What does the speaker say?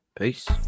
peace